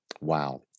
wow